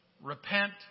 repent